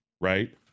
right